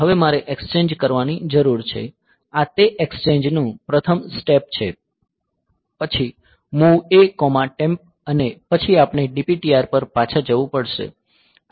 હવે મારે એક્ષચેંજ કરવાની જરૂર છે આ તે એક્ષચેંજનું પ્રથમ સ્ટેપ છે પછી MOV Atemp અને પછી આપણે DPTR પર પાછા જવું પડશે